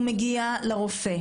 ההורה מגיע לרופא.